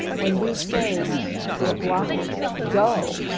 when we say to a blockage, go!